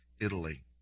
Italy